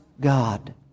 God